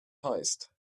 heist